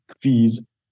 fees